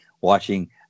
watching